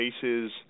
cases